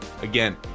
again